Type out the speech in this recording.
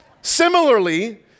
Similarly